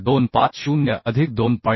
250 अधिक 2